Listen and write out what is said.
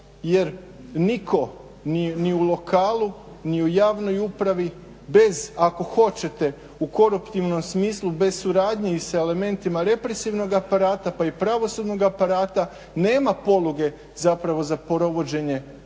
jer nitko ni u lokalu ni u javnoj upravi bez, ako hoćete u koruptivnom smislu bez suradnje i s elementima represivnog aparata pa i pravosudnog aparata nema poluge zapravo za provođenje